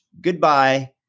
goodbye